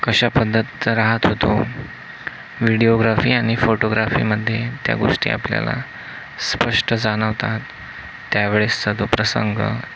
कशा पद्धतीचा राहात होतो व्हिडिओग्राफी आणि फोटोग्राफीमध्ये त्या गोष्टी आपल्याला स्पष्ट जाणवतात त्यावेळेसचा तो प्रसंग